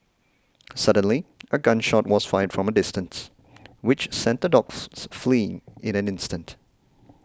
suddenly a gun shot was fired from a distance which sent the dogs fleeing in an instant